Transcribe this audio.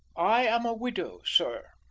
i am a widow, sir.